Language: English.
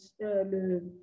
le